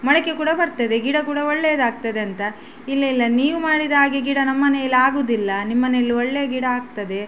ಮೊಳಕೆ ಕೂಡ ಬರ್ತದೆ ಗಿಡ ಕೂಡ ಒಳ್ಳೆಯದಾಗ್ತದಂತ ಇಲ್ಲ ಇಲ್ಲ ನೀವು ಮಾಡಿದ ಹಾಗೆ ಗಿಡ ನಮ್ಮನೇಲಿ ಆಗುವುದಿಲ್ಲ ನಿಮ್ಮನೇಲಿ ಒಳ್ಳೆ ಗಿಡ ಆಗ್ತದೆ